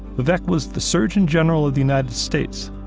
vivek was the surgeon general of the united states,